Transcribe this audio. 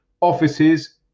offices